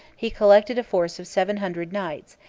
he collected a force of seven hundred knights,